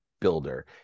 builder